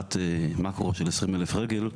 בהערת מאקרו של 20 אלף רגל,